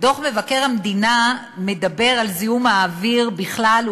דוח מבקר המדינה מדבר על זיהום האוויר בכלל,